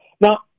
Now